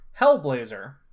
Hellblazer